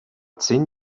zehn